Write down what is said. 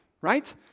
right